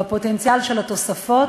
בפוטנציאל של התוספות,